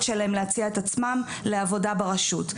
שלהם להציע את עצמם לעבודה ברשות.